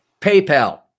PayPal